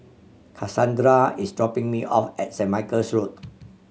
Casandra is dropping me off at Saint Michael's Road